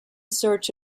search